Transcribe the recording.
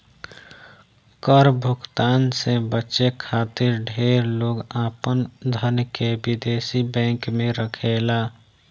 कर भुगतान से बचे खातिर ढेर लोग आपन धन के विदेशी बैंक में रखेला